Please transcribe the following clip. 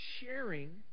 sharing